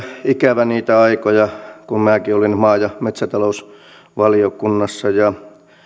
ikävä niitä aikoja kun minäkin olin maa ja metsätalousvaliokunnassa ja